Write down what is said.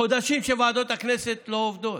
חודשים שוועדות הכנסת לא עובדות,